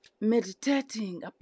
Meditating